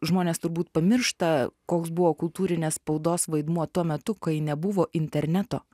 žmonės turbūt pamiršta koks buvo kultūrinės spaudos vaidmuo tuo metu kai nebuvo interneto